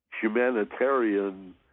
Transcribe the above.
humanitarian